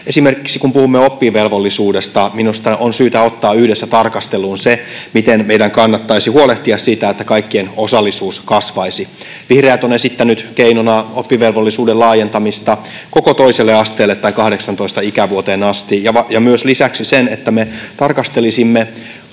Esimerkiksi kun puhumme oppivelvollisuudesta, minusta on syytä ottaa yhdessä tarkasteluun se, miten meidän kannattaisi huolehtia siitä, että kaikkien osallisuus kasvaisi. Vihreät ovat esittäneet keinona oppivelvollisuuden laajentamista koko toiselle asteelle tai 18 ikävuoteen asti ja myös lisäksi sitä, että me tarkastelisimme koulutuksen